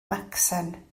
macsen